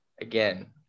again